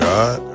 God